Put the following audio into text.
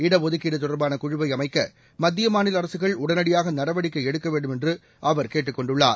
இடஒதுக்கீடு தொடர்பான குழுவை அமைக்க மத்திய மாநில அரசுகள் உடனடியாக நடவடிக்கை எடுக்க வேண்டுமென்று அவர் கேட்டுக் கொண்டுள்ளார்